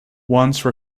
once